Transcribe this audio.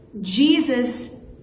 Jesus